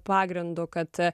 pagrindu kad